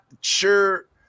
sure